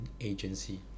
agency